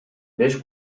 беш